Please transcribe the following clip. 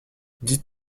dites